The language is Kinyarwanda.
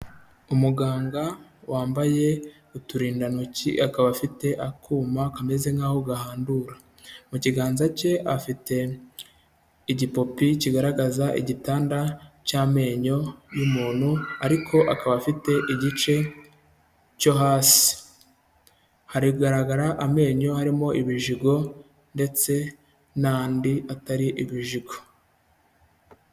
Umuganga wambaye uturindantoki, akaba afite akuma kameze nk'aho gahandura. Mu kiganza cye afite igipupe kigaragaza igitanda cy'amenyo y'umuntu ariko akaba afite igice cyo hasi. Hari kugaragara amenyo harimo ibijigo ndetse n'andi atari ibijigo.